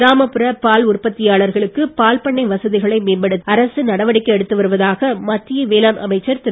கிராமப்புற பால் உற்பத்தியாளர்களுக்கு பால்பண்ணை வசதிகளை மேம்படுத்த அரசு நடவடிக்கை எடுத்து வருவதான மத்திய வேளாண் அமைச்சர் திரு